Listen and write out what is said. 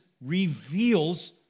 reveals